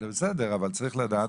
צריך לדעת.